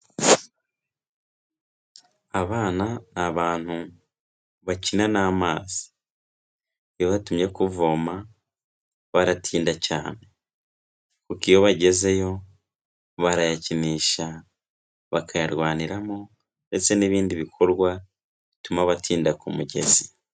Abana ni abantu bakina n'amazi, iyo babatumye kuvoma baratinda cyane. kuko iyo bagezeyo barayakinisha, bakayarwaniramo, ndetse n'ibindi bikorwa bituma batinda ku mugezi.